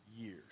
years